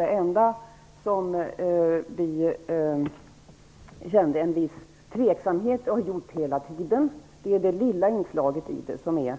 Det enda som vi känt en viss tveksamhet inför - det har vi gjort hela tiden - är det lilla inslag som gäller